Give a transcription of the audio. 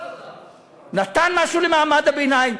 נתן משהו למעמד הביניים?